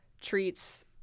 treats